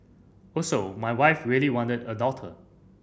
also my wife really wanted a daughter